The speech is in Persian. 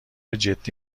جدی